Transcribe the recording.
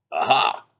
Aha